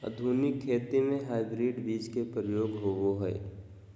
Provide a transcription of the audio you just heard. आधुनिक खेती में हाइब्रिड बीज के प्रयोग होबो हइ